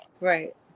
right